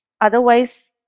Otherwise